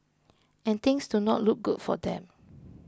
and things do not look good for them